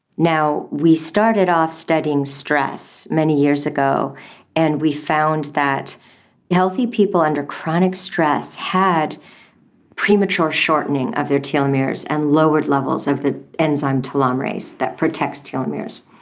now, we started off studying stress many years ago and we found that healthy people under chronic stress had premature shortening of their telomeres and lowered levels of the enzyme telomerase that protects telomeres.